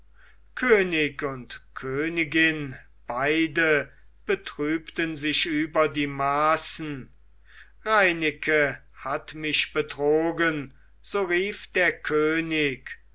könig und königin beide betrübten sich über die maßen reineke hat mich betrogen so rief der könig